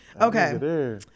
okay